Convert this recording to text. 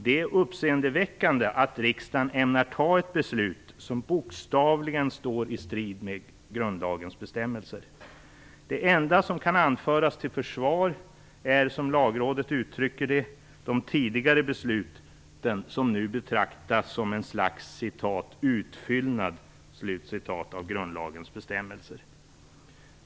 Det är uppseendeväckande att riksdagen ämnar fatta ett beslut som bokstavligen står i strid med grundlagens bestämmelser. Det enda som kan anföras till försvar är som Lagrådet uttrycker det de tidigare beslut som nu betraktas som ett slags "utfyllnad " av grundlagens bestämmelser.